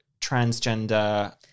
transgender